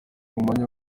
umwanya